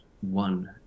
one